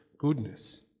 goodness